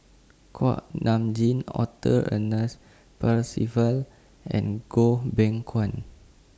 Kuak Nam Jin Arthur Ernest Percival and Goh Beng Kwan